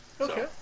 Okay